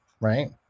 right